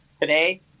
today